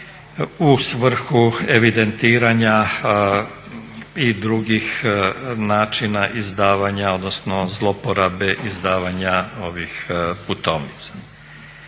u svrhu evidentiranja i drugih načina izdavanja odnosno zloporabe izdavanja ovih putovnica.